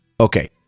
okay